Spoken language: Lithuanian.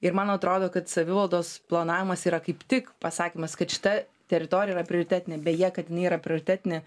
ir man atrodo kad savivaldos planavimas yra kaip tik pasakymas kad šita teritorija yra prioritetinė beje kad jinai yra prioritetinė